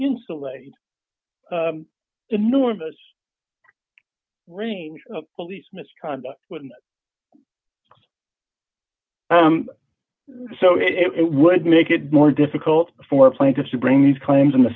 insulate enormous range of police misconduct so it would make it more difficult for plaintiffs to bring these claims in the